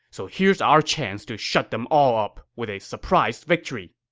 so here's our chance to shut them all up with a surprise victory.